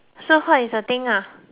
so what is the thing ah